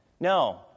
No